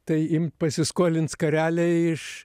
tai imt pasiskolint skarelę iš